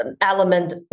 element